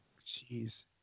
Jeez